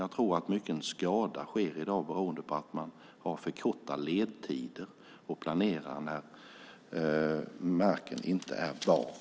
Jag tror att mycken skada sker i dag beroende på att man har för korta ledtider och planerar när marken inte är bar.